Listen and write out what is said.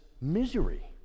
misery